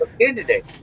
candidate